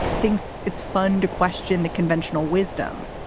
thinks it's fun to question the conventional wisdom.